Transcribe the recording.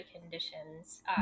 conditions